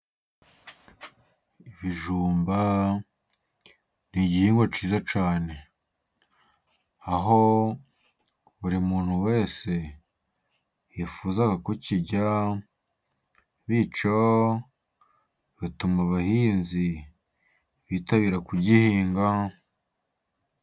Ibijumba ni igihingwa cyiza cyane, aho buri muntu wese yifuza kukirya, bityo bituma abahinzi bitabira kugihinga.